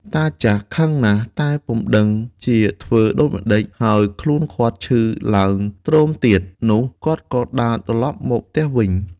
តាចាស់ខឹងណាស់តែពុំដឹងជាធ្វើដូចម្តេច ហើយខ្លួនគាត់ឈឺឡើងទ្រមទៀតនោះ គាត់ក៏ដើរត្រឡប់មកផ្ទះវិញ។